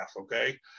Okay